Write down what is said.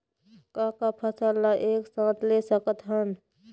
का का फसल ला एक साथ ले सकत हन?